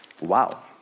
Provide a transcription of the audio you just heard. Wow